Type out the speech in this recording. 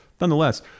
nonetheless